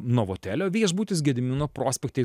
novotelio viešbutis gedimino prospekte